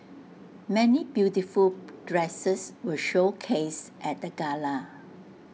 many beautiful dresses were showcased at the gala